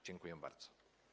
Dziękuję bardzo.